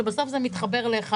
כאשר בסוף זה מתחבר לאחד.